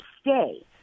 stay